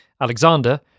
alexander